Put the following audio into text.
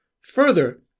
Further